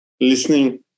listening